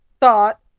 thought